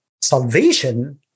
salvation